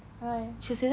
why